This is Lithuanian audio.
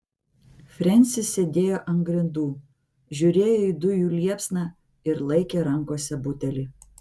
frensis sėdėjo ant grindų žiūrėjo į dujų liepsną ir laikė rankose butelį